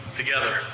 together